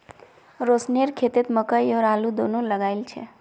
रोशनेर खेतत मकई और आलू दोनो लगइल छ